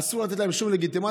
אסור לתת להם שום לגיטימציה,